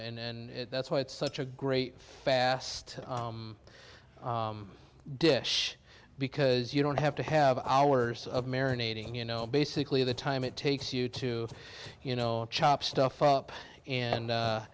and that's why it's such a great fast dish because you don't have to have hours of marinating you know basically the time it takes you to you know chop stuff up and